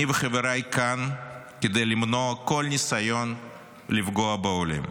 אני וחבריי כאן כדי למנוע כל ניסיון לפגוע בעולים.